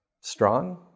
strong